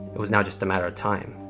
it was now just a matter of time.